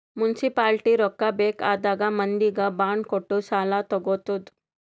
municipality ರೊಕ್ಕಾ ಬೇಕ್ ಆದಾಗ್ ಮಂದಿಗ್ ಬಾಂಡ್ ಕೊಟ್ಟು ಸಾಲಾ ತಗೊತ್ತುದ್